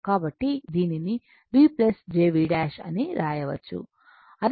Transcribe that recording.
కాబట్టి దీనిని V jV 'అని వ్రాయవచ్చు